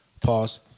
Pause